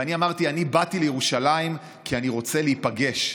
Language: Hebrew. ואני אמרתי: אני באתי לירושלים כי אני רוצה להיפגש,